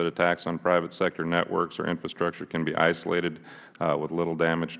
that attacks on private sector networks or infrastructure can be isolated with little damage